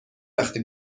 وقتی